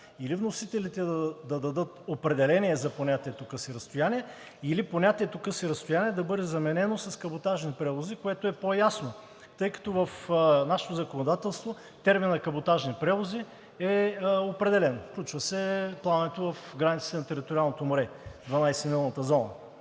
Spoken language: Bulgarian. Или вносителите да дадат определение за понятието „къси разстояния“ или понятието „къси разстояния“ да бъде заменено с „каботажни превози“, което е по-ясно, тъй като в нашето законодателство терминът „каботажни превози“ е определен – включва се плаването в границите на териториалното море, 12-милната зона.